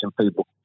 people